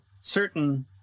certain